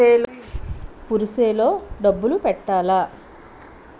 Purse లో డబ్బులు పెట్టలా?